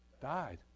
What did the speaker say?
died